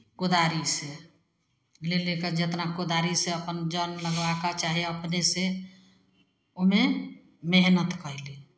कोदारिसँ लऽ लऽ कऽ जितना कोदारिसँ अपन जन लगवा कऽ चाहे अपनेसँ ओहिमे मेहनत कयली